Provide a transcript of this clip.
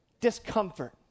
discomfort